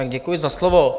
Děkuji za slovo.